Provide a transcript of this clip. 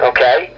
Okay